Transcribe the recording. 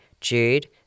Jude